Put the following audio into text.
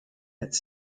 its